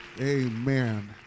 amen